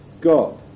God